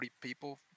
people